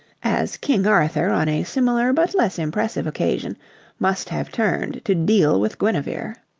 as king arthur on a similar but less impressive occasion must have turned to deal with guinevere.